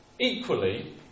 equally